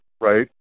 right